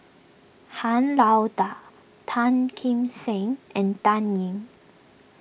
Han Lao Da Tan Kim Seng and Dan Ying